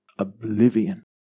oblivion